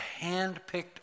handpicked